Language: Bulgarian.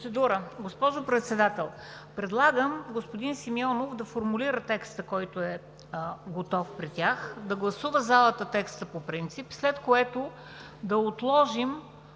Госпожо Председател, предлагам господин Симеонов да формулира текста, който е готов при тях, залата да гласува текста по принцип, след което да отложим